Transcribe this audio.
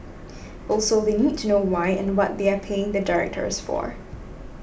also they need to know why and what they are paying the directors for